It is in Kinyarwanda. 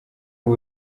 ubu